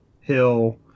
hill